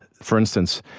for instance,